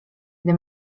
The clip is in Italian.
the